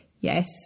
Yes